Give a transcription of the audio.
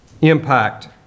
impact